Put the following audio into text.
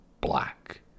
black